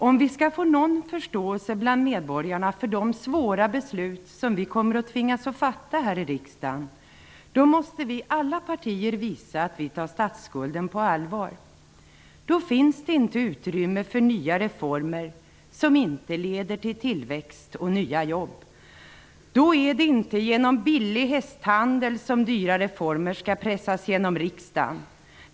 Om vi skall få någon förståelse bland medborgarna för de svåra beslut som vi kommer att tvingas fatta här i riksdagen, måste vi i alla partier visa att vi tar statsskulden på allvar. Då finns det inte utrymme för nya reformer som inte leder till tillväxt och nya jobb. Då är det inte genom billig hästhandel som nya reformer skall pressas igenom i riksdagen.